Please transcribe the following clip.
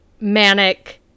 manic